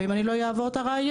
ואם אני לא אעבור את הריאיון,